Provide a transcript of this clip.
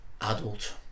adult